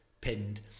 pinned